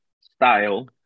style